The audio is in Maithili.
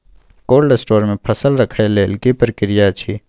कोल्ड स्टोर मे फसल रखय लेल की प्रक्रिया अछि?